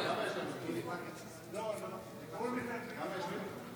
אינו נוכח